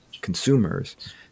consumers